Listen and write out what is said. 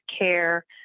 care